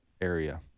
area